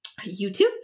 YouTube